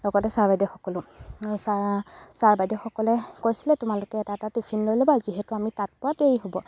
লগতে ছাৰ বাইদেউসকলো ছাৰ বাইদেউসকলে কৈছিলে তোমালোকে এটা এটা টিফিন লৈ ল'বা যিহেতু আমি তাত পোৱা দেৰি হ'ব